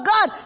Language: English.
God